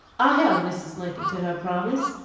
i held mrs. lincoln to her promise.